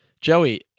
Joey